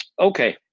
Okay